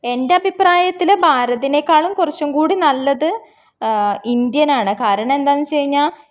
എൻ്റെ അഭിപ്രായത്തില് ഭാരതിനേക്കാളും കുറച്ചും കൂടി നല്ലത് ഇന്ത്യനാണ് കാരണം എന്താണെന്ന് വെച്ചുകഴിഞ്ഞാല്